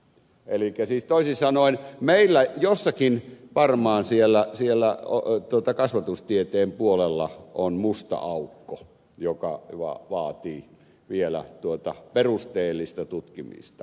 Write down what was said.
elikkä siis toisin sanoen meillä jossakin varmaan siellä kasvatustieteen puolella on musta aukko joka vaatii vielä perusteellista tutkimista